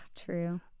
true